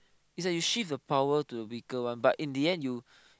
it's like you shift the power to the weaker one but in the end you